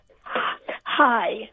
Hi